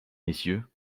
messieurs